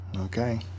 Okay